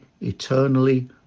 eternally